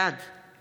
בעד